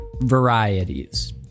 varieties